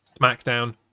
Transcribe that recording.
SmackDown